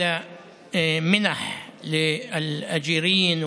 שעשינו בצה"ל,